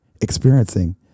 experiencing